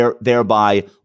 thereby